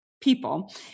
people